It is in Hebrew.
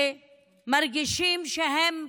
שמרגישים שהם,